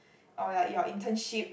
orh ya your internship